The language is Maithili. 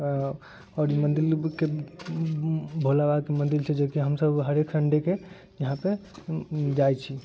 आओर ई मन्दिरके भोला बाबाके मन्दिर छै जेकि हमसब हरेक सण्डेके यहाँ पे जाइत छी